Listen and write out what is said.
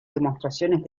demostraciones